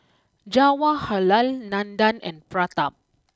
Jawaharlal Nandan and Pratap